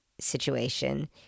situation